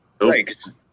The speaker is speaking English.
Thanks